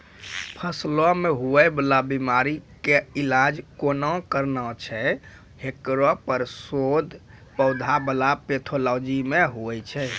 फसलो मे हुवै वाला बीमारी के इलाज कोना करना छै हेकरो पर शोध पौधा बला पैथोलॉजी मे हुवे छै